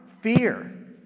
fear